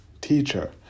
teacher